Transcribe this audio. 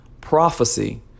prophecy